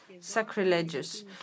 sacrilegious